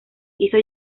hizo